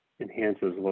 Enhances